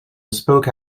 spoke